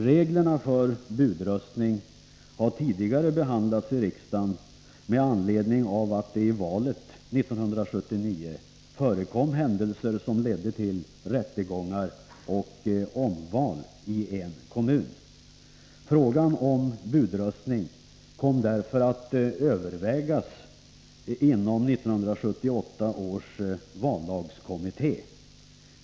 Reglerna för budröstning har tidigare behandlats i riksdagen med anledning av att det i valet 1979 förekom händelser som ledde till rättegångar och omval i en kommun. Frågan om budröstning kom därför att övervägas inom 1978 års vallagskommitté.